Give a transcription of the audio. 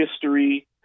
history